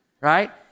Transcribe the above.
right